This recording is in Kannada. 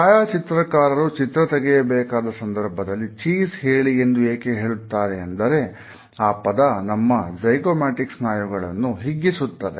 ಛಾಯಾಚಿತ್ರಕಾರರು ಚಿತ್ರ ತೆಗೆಯಬೇಕಾದ ಸಂದರ್ಭದಲ್ಲಿ ಚೀಜ್ ಹೇಳಿ ಎಂದು ಏಕೆ ಹೇಳುತ್ತಾರೆ ಅಂದರೆ ಆ ಪದ ನಮ್ಮ ಜಯ್ಗೋಮಾಟಿಕ್ ಸ್ನಾಯುಗಳನ್ನು ಹಿಗ್ಗಿಸುತ್ತದೆ